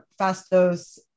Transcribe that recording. Fastos